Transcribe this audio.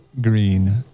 Green